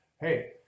Hey